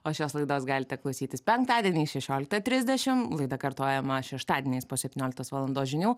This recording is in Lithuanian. o šios laidos galite klausytis penktadieniais šešioliktą trisdešim laida kartojama šeštadieniais po septynioliktos valandos žinių